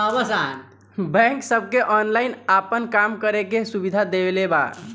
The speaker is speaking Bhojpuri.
बैक सबके ऑनलाइन आपन काम करे के सुविधा देले बा